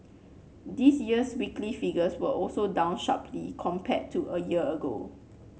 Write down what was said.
this year's weekly figures were also down sharply compared to a year ago